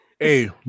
Hey